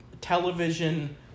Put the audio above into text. television